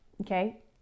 Okay